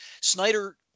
Snyder